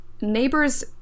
Neighbors